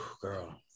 girl